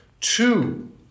Two